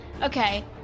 Okay